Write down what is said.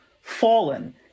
fallen